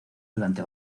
durante